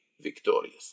victorious